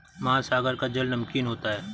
महासागर का जल नमकीन होता है